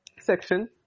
section